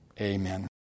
Amen